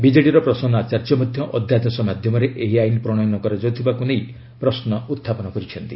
ବିକେଡିର ପ୍ରସନ୍ନ ଆଚାର୍ଯ୍ୟ ମଧ୍ୟ ଅଧ୍ୟାଦେଶ ମାଧ୍ୟମରେ ଏହି ଆଇନ ପ୍ରଣୟନ କରାଯାଉଥିବାକୁ ନେଇ ପ୍ରଶ୍ନ ଉଠାଇଥିଲେ